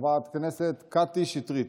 חברת הכנסת קַטי שטרית.